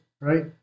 right